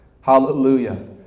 Hallelujah